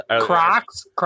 Crocs